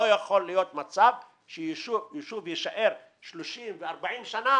לא יכול להיות מצב שיישוב יישאר 30 ו-40 שנים